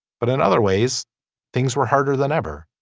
but in other ways things were harder than ever.